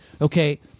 okay